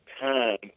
time